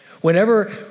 Whenever